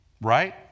Right